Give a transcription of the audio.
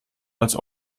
als